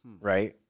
Right